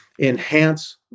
enhance